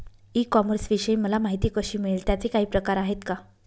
E कॉमर्सविषयी मला माहिती कशी मिळेल? त्याचे काही प्रकार आहेत का?